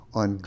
on